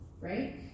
right